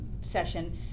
session